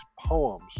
poems